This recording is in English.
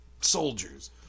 soldiers